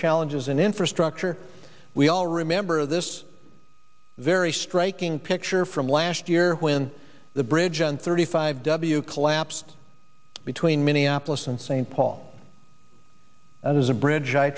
challenges in infrastructure we all remember this very striking picture from last year when the bridge on thirty five w collapsed between minneapolis and st paul that is a bridge i